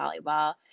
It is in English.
volleyball